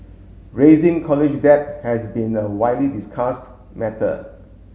raising college debt has been a widely discussed matter